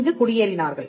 இங்கு குடியேறினார்கள்